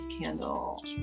candle